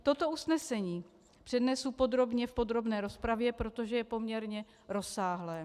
Toto usnesení přednesu podrobně v podrobné rozpravě, protože je poměrně rozsáhlé.